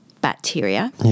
bacteria